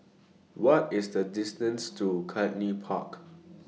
What IS The distance to Cluny Park